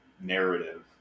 narrative